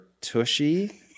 tushy